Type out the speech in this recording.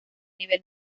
nivel